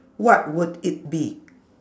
what would it be